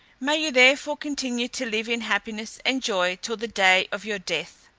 may you therefore continue to live in happiness and joy till the day of your death!